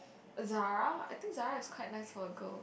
a Zara I think Zara is quite nice for a girl